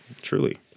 Truly